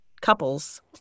couples